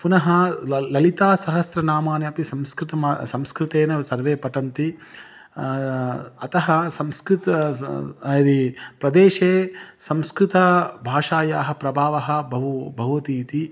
पुनः ल ललितासहस्रनामानि अपि संस्कृतं संस्कृतेन सर्वे पठन्ति अतः संस्कृतं स यदि प्रदेशे संस्कृत भाषायाः प्रभावः बहु भवति इति